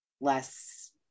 less